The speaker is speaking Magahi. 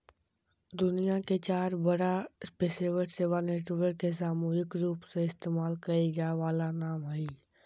दुनिया के चार बड़ा पेशेवर सेवा नेटवर्क के सामूहिक रूपसे इस्तेमाल कइल जा वाला नाम हइ